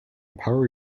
power